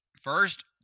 First